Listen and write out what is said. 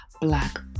black